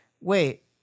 wait